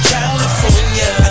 California